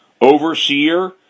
Overseer